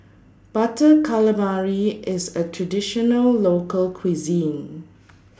Butter Calamari IS A Traditional Local Cuisine